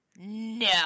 no